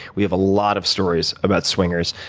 we have a lot of stories about swingers,